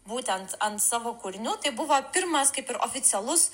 būtent ant savo kūrinių tai buvo pirmas kaip ir oficialus